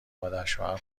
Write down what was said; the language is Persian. مادرشوهر